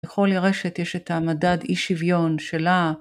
בכל ירשת יש את המדד אי שוויון שלה.